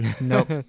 Nope